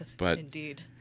Indeed